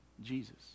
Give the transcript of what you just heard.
Jesus